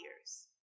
years